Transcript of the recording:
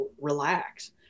relax